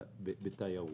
בתיירות.